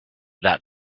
that